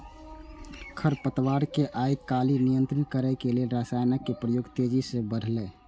खरपतवार कें आइकाल्हि नियंत्रित करै लेल रसायनक प्रयोग तेजी सं बढ़लैए